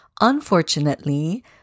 Unfortunately